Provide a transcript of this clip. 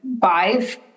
five